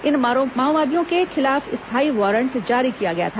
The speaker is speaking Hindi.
इन माओवादियों के खिलाफ स्थायी वारंट जारी किया गया था